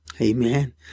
Amen